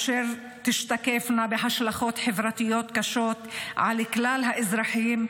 אשר תשתקפנה בהשלכות חברתיות קשות על כלל האזרחים,